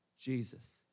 Jesus